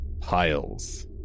piles